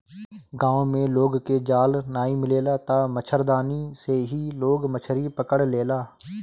गांव में लोग के जाल नाइ मिलेला तअ मछरदानी से ही लोग मछरी पकड़ लेला